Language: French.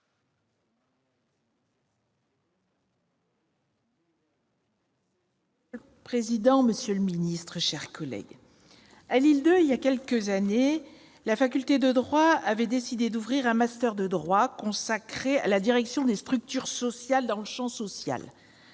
Monsieur le président, monsieur le secrétaire d'État, mes chers collègues, à Lille-II, il y a quelques années, la faculté de droit avait décidé d'ouvrir un master de droit consacré à la direction des structures dans le champ social.